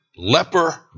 Leper